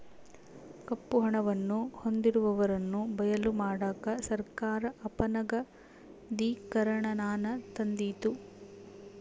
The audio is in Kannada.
ಕಪ್ಪು ಹಣವನ್ನು ಹೊಂದಿರುವವರನ್ನು ಬಯಲು ಮಾಡಕ ಸರ್ಕಾರ ಅಪನಗದೀಕರಣನಾನ ತಂದಿತು